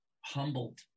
humbled